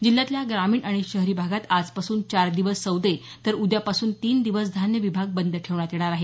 जिल्ह्यातल्या ग्रामीण आणि शहरी भागात आजपासून चार दिवस सौदे तर उद्यापासून तीन दिवस धान्य विभाग बंद ठेवण्यात येणार आहे